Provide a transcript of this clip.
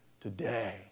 today